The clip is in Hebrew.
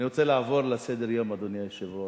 אני רוצה לעבור לסדר-היום, אדוני היושב-ראש,